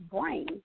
brain